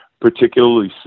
particularly